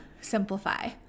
simplify